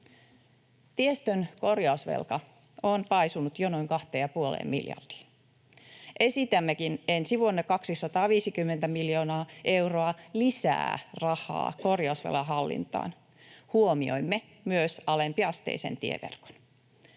Tiestön korjausvelka on paisunut jo noin kahteen ja puoleen miljardiin. Esitämmekin ensi vuonna 250 miljoonaa euroa lisää rahaa korjausvelan hallintaan. Huomioimme myös alempiasteisen tieverkon.